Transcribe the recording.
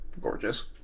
gorgeous